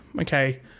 okay